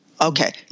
Okay